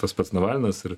tas pats navalnas ir